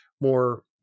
more